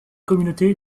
communauté